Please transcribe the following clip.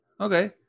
Okay